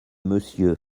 monsieur